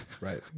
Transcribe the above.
Right